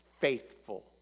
faithful